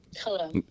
Hello